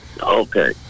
Okay